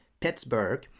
Pittsburgh